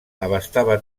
abastava